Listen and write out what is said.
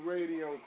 Radio